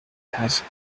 passed